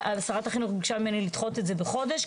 שרת החינוך ביקשה ממני לדחות את זה בחודש,